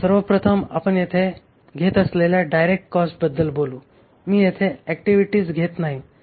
तर ABC activity based costing सिस्टमनुसार रिलायन्स अँसिलरीसाठी गिअर वायरचे कॉस्टशीट तुमच्याकडे आधीच आहे आणि आम्ही किंमतीची गणना 5 रुपये केली आहे